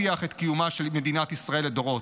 להבטיח את קיומה של מדינת ישראל לדורות.